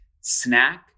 snack